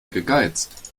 gegeizt